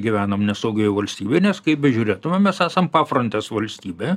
gyvenam nesaugioj valstybėj nes kaip bežiūrėtumėm mes esam pafrontės valstybė